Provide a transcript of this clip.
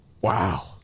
Wow